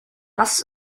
lass